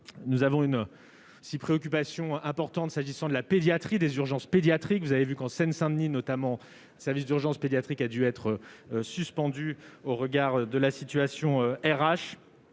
Nous avons une préoccupation importante au sujet des services d'urgences pédiatriques. Vous avez vu qu'en Seine-Saint-Denis, notamment, un service d'urgences pédiatriques a dû être suspendu au regard de la situation RH.